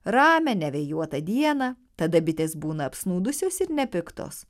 ramią nevėjuotą dieną tada bitės būna apsnūdusios ir nepiktos